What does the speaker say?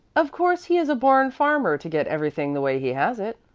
of course he is a born farmer to get everything the way he has it,